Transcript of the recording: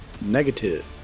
Negative